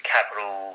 Capital